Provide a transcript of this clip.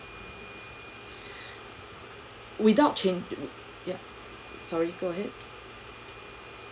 without change ya sorry go ahead